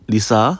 Lisa